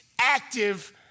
active